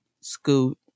scoot